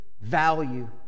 value